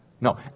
No